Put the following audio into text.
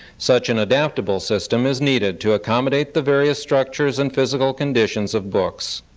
such an adaptable system is needed to accommodate the various structures and physical conditions of books.